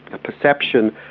a perception,